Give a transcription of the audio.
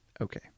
Okay